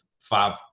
five